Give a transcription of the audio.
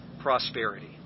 prosperity